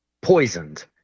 poisoned